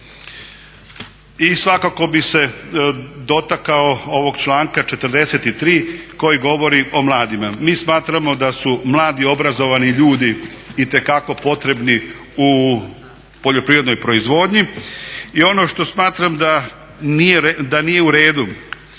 I svakako bi se dotakao ovog članka 43. koji govori o mladima. Mi smatramo da su mladi obrazovani ljudi itekako potrebni u poljoprivrednoj proizvodnji i ono što smatram da nije u redu